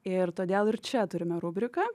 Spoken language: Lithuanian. ir todėl ir čia turime rubriką